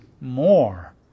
more